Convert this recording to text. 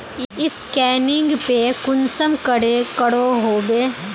Scanning पे कुंसम करे करो होबे?